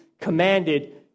commanded